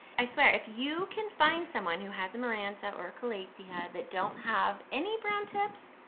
i swear, if you can find someone who has a maranta or a calathea that don't have any brown tips,